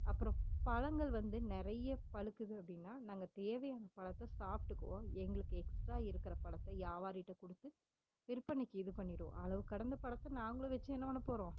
அப்பறம் பழங்கள் வந்து நிறைய பழுக்குது அப்படின்னா நாங்கள் தேவையான பழத்தை சாப்பிட்டுக்குவோம் எங்களுக்கு எக்ஸ்ட்ரா இருக்கிற பழத்தை வியாவாரிட்ட கொடுத்து விற்பனைக்கு இது பண்ணிடுவோம் அளவு கடந்த பழத்தை நாங்களும் வச்சி என்ன பண்ண போகிறோம்